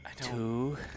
Two